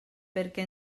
perquè